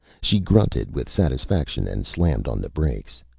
she grunted with satisfaction and slammed on the brakes.